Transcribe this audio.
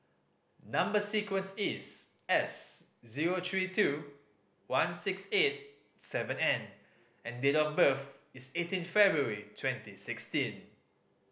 number sequence is S zero three two one six eight seven N and date of birth is eighteen February twenty sixteen